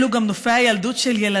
אלו גם נופי הילדות